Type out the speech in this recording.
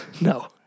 No